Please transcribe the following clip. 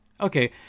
Okay